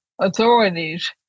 authorities